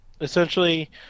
essentially